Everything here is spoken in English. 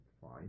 fine